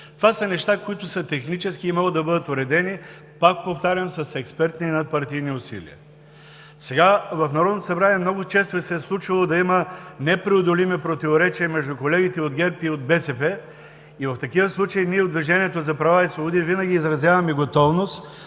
Това са неща, които са технически и могат да бъдат уредени, пак повтарям, с експертни и надпартийни усилия. В Народното събрание много често се е случвало да има непреодолими противоречия между колегите от ГЕРБ и от БСП. В такива случаи ние от Движението за права и свободи винаги изразяваме готовност